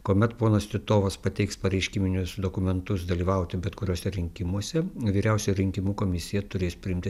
kuomet ponas titovas pateiks pareiškinius dokumentus dalyvauti bet kuriuose rinkimuose vyriausioji rinkimų komisija turės priimti